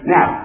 Now